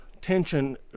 tension